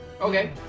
Okay